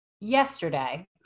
yesterday